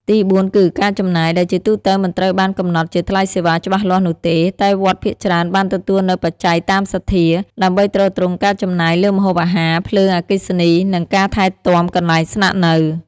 ទីបួនគឺ ការចំណាយ ដែលជាទូទៅមិនត្រូវបានកំណត់ជាថ្លៃសេវាច្បាស់លាស់នោះទេ តែវត្តភាគច្រើនបានទទួលនូវ បច្ច័យតាមសទ្ធា ដើម្បីទ្រទ្រង់ការចំណាយលើម្ហូបអាហារ ភ្លើង អគ្គិសនី និងការថែទាំកន្លែងស្នាក់នៅ។